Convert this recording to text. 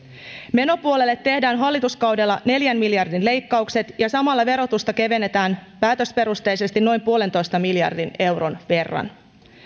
menopuolelle tehdään hallituskaudella neljän miljardin leikkaukset ja samalla verotusta kevennetään päätösperusteisesti noin puolentoista miljardin euron verran